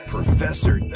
Professor